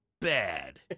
bad